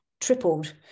tripled